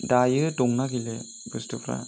दायो दंना गैला बुस्थुफ्रा